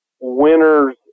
winner's